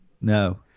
No